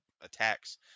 attacks